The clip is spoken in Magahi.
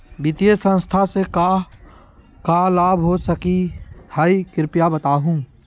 वित्तीय संस्था से का का लाभ हो सके हई कृपया बताहू?